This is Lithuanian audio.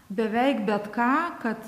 beveik bet ką kad